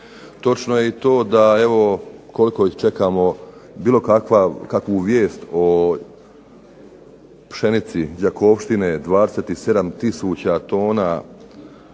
Točno je to da koliko čekamo bilo kakvu vijest o pšenici Đakovštine 27 tisuća tona